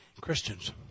Christians